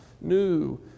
new